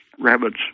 Rabbits